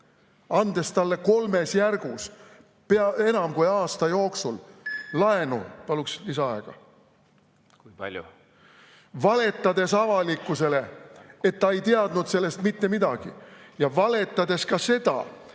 andes talle kolmes järgus pea enam kui aasta jooksul laenu. Paluks lisaaega. Kui palju?